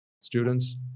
students